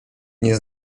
nie